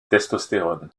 testostérone